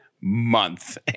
month